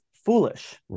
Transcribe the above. foolish